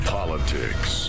Politics